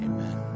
Amen